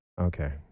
Okay